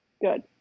Good